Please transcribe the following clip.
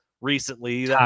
recently